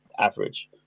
average